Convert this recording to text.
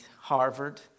Harvard